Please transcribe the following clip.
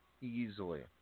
Easily